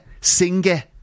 singer